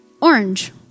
orange